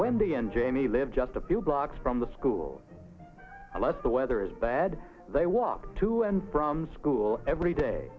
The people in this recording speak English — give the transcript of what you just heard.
wendy and jamie live just a few blocks from the school unless the weather is bad they walk to and from school every day